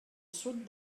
sud